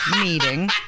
meeting